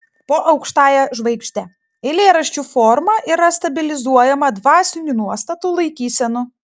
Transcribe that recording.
po aukštąja žvaigžde eilėraščių forma yra stabilizuojama dvasinių nuostatų laikysenų